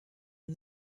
and